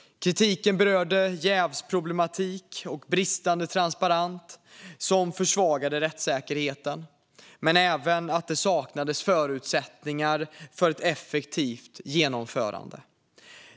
Kritiken rörde jävsproblematik och bristande transparens som försvagade rättssäkerheten men även att det saknades förutsättningar för ett effektivt genomförande.